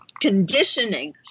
conditioning